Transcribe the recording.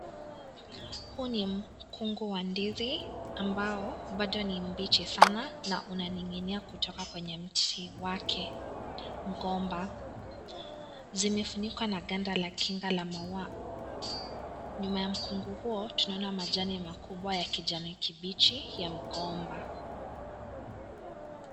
Huu ni mkungu wa ndizi ambao bado ni mbichi sana na unaning'inia kutoka kwenye mti wake; mgomba. Zimefunikwa na ganda la kinga la maua. Nyuma ya mkungu huo, tunaona majani makubwa ya kijani kibichi ya mgomba.